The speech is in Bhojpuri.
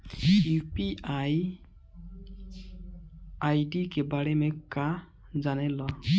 यू.पी.आई आई.डी के बारे में का जाने ल?